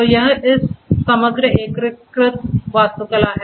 तो यह इस समग्र एकीकृत वास्तुकला है